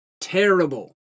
terrible